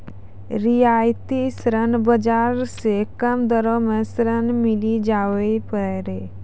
रियायती ऋण बाजार से कम दरो मे ऋण मिली जावै पारै